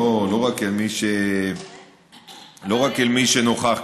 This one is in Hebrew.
לא רק אל מי שנוכח כאן.